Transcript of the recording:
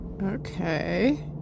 Okay